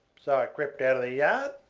so i crept out of the yard,